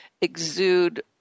exude